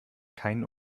keinen